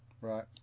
Right